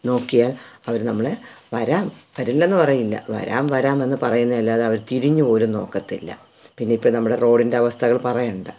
നോക്കിയാൽ അവർ നമ്മളെ വരാം വരില്ലെന്ന് പറയില്ല വരാം വരാം പറയുന്നതല്ലാതെയവർ തിരിഞ്ഞ് പോലും നോക്കത്തില്ല പിന്നിപ്പം നമ്മളെ റോഡിൻ്റ അവസ്ഥകൾ പറയണ്ട